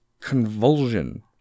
convulsion